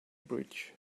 bridge